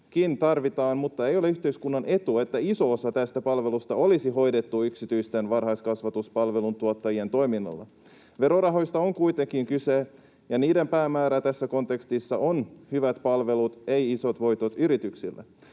tarvitaan, mutta ei ole yhteiskunnan etu, että iso osa tästä palvelusta olisi hoidettu yksityisten varhaiskasvatuspalveluntuottajien toiminnalla. Verorahoista on kuitenkin kyse, ja niiden päämäärä tässä kontekstissa on hyvät palvelut, ei isot voitot yrityksille.